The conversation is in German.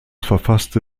verfasste